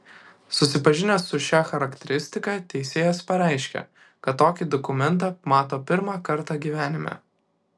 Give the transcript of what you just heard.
susipažinęs su šia charakteristika teisėjas pareiškė kad tokį dokumentą mato pirmą kartą gyvenime